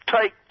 take